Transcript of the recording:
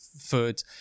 food